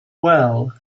well